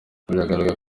bigaragara